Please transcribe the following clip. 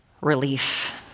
relief